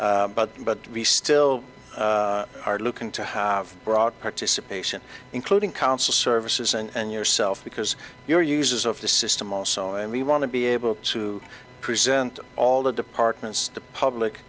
but we still are looking to have broad participation including council services and yourself because you're users of the system also and we want to be able to present all the departments the public